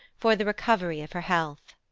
for the recovery of her health.